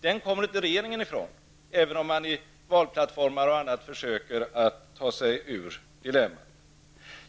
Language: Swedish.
Den kommer inte regeringen ifrån, även om man på valplattformar och i andra sammanhang försöker ta sig ur dilemmat.